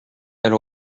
elle